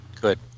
Good